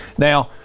now,